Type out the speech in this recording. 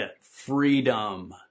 Freedom